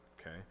okay